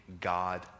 God